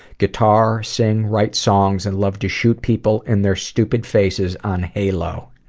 guitar, sing, write songs and love to shoot people in their stupid faces on halo.